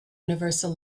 universal